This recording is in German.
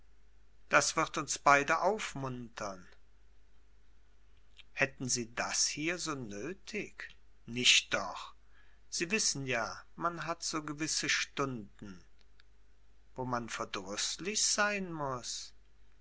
das wird uns beide aufmuntern hätten sie das hier so nötig nicht doch sie wissen ja man hat so gewisse stunden wo man verdrüßlich sein muß